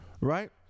right